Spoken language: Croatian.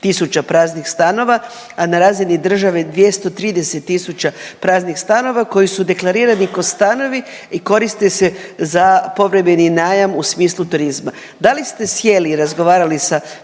praznih stanova, a na razini države 230 tisuća praznih stanova koji su deklarirani ko stanovi i koriste se za povremeni najam u smislu turizma. Da li ste sjeli i razgovarali sa